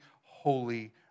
holy